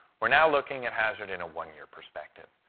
we're now looking at hazard in a one-year perspective.